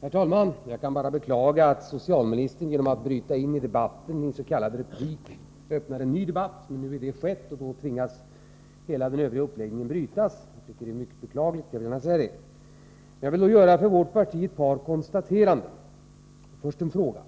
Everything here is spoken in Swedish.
Herr talman! Jag kan bara beklaga att socialministern genom att bryta in i debatten i en s.k. replik öppnar en ny debatt, men nu har det skett och då tvingas vi bryta hela den övriga uppläggningen. Det är mycket beklagligt, jag vill gärna säga det. Jag vill för vårt parti göra ett par konstateranden. Först en fråga: